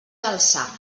alçar